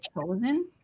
chosen